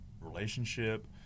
relationship